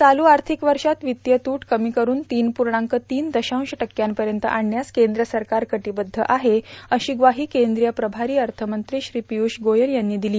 चालू आर्थिक वर्षात वित्तीय तूट कमी करून तीन पूर्णांक तीन दशांश टक्क्यांपर्यंत आणण्यास केंद्र सरकार कटिबद्ध आहे अशी ग्वाही केंद्रीय प्रभारी अर्थमंत्री श्री पियुष गोयल यांनी दिली